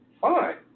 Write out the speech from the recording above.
Fine